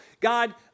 God